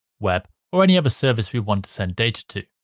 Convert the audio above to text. web or any other service we want to send data to.